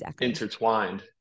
intertwined